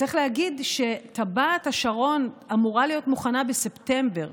צריך להגיד שטבעת השרון אמורה להיות מוכנה בספטמבר,